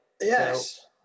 Yes